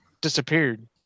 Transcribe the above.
disappeared